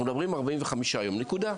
אנחנו מדברים על 45 יום, נקודה.